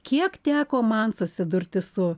kiek teko man susidurti su